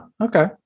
okay